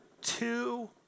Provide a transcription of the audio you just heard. two